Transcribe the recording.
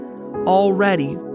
already